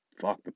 Fuck